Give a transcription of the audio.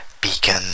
Beacon